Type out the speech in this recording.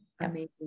Amazing